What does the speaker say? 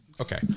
Okay